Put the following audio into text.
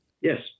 Yes